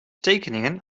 tekeningen